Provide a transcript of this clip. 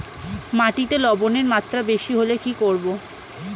মাটিতে লবণের মাত্রা বেশি হলে কি করব?